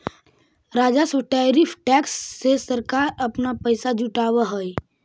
राजस्व tariff tax से सरकार अपना पैसा जुटावअ हई